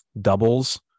doubles